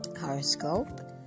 Horoscope